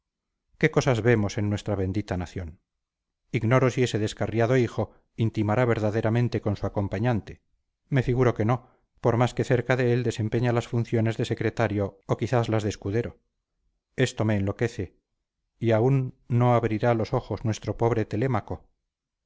qué cosas vemos en nuestra bendita nación ignoro si ese descarriado hijo intimará verdaderamente con su acompañante me figuro que no por más que cerca de él desempeña las funciones de secretario o quizás las de escudero esto me enloquece y aún no abrirá los ojos nuestro pobre telémaco